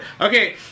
Okay